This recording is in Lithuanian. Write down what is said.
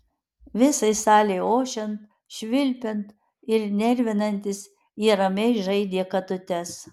visai salei ošiant švilpiant ir nervinantis jie ramiai žaidė katutes